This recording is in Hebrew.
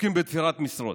עסוקים בתפירת משרות.